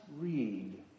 read